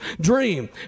dream